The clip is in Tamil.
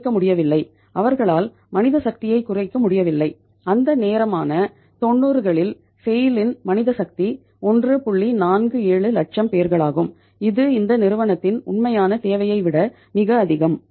47 லட்சம் பேர்களாகும் இது இந்த நிறுவனத்தின் உண்மையான தேவையை விட மிக அதிகம்